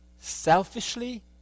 selfishly